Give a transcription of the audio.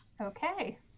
Okay